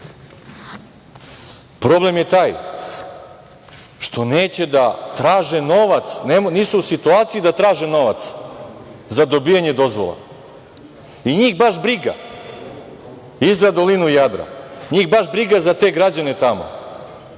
Problem je taj što neće da traže novac, nisu u situaciji da traže novac za dobijanje dozvola. Njih baš briga i za dolinu Jadra. Njih baš briga za te građane tamo.